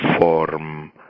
form